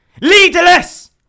Leaderless